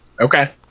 Okay